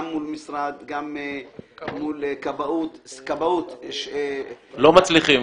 גם מול כבאות --- לא מצליחים,